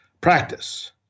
practice